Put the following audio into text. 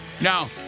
Now